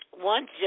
one